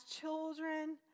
children